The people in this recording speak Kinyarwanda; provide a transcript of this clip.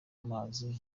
amazi